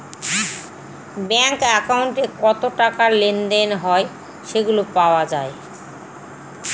bank একাউন্টে কত টাকা লেনদেন হয় সেগুলা পাওয়া যায়